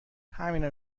همینو